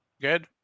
Good